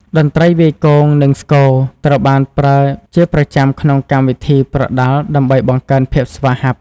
តន្ត្រីវាយគង និង ស្គរ ត្រូវបានប្រើជាប្រចាំក្នុងកម្មវិធីប្រដាល់ដើម្បីបង្កើនភាពស្វាហាប់។